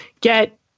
get